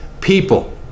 people